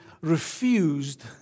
refused